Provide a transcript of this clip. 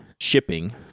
shipping